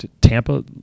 Tampa